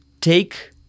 take